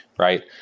right?